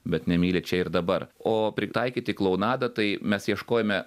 bet nemyli čia ir dabar o pritaikyti klounadą tai mes ieškojome